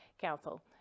Council